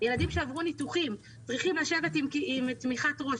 ילדים שעברו ניתוחים צריכים לשבת עם תמיכת ראש,